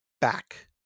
back